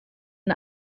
and